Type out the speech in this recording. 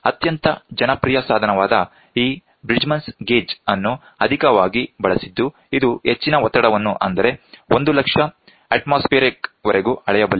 ಅತ್ಯಂತ ಜನಪ್ರಿಯ ಸಾಧನವಾದ ಈ ಬ್ರಿಡ್ಜ್ಮನ್ ಗೇಜ್Bridgmans gauge ಅನ್ನು ಅಧಿಕವಾಗಿ ಬಳಸಿದ್ದು ಇದು ಹೆಚ್ಚಿನ ಒತ್ತಡವನ್ನು ಅಂದರೆ 1 ಲಕ್ಷ ಅತ್ಮೋಸ್ಫಿಯರ್ ವರೆಗೂ ಅಳೆಯಬಲ್ಲದು